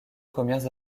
premières